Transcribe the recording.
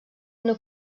una